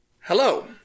Hello